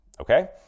okay